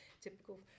typical